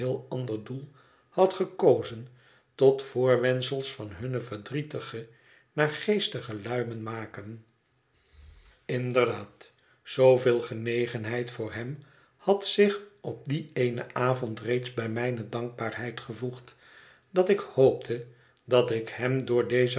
ander doel had gekozen tot voorwendsels van hunne verdrietige naargeestige luimen maken inderdaad zooveel genegenheid voor hem had zich op dien eenen avond reeds bij mijne dankbaarheid gevoegd dat ik hoopte dat ik hem door deze